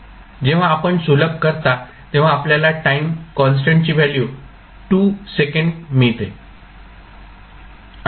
जेव्हा आपण सुलभ करता तेव्हा आपल्याला टाईम कॉन्स्टंटची व्हॅल्यू 2 सेकंद मिळते